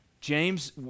James